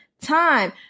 time